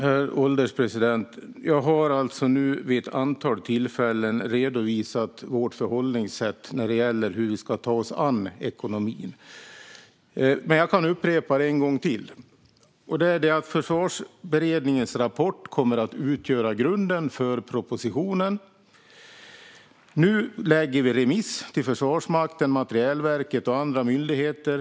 Herr ålderspresident! Jag har nu vid ett antal tillfällen redovisat vårt förhållningssätt när det gäller hur vi ska ta oss an ekonomin. Men jag kan upprepa det en gång till. Försvarsberedningens rapport kommer att utgöra grunden för propositionen. Nu skickar vi detta på remiss till Försvarsmakten, Materielverket och andra myndigheter.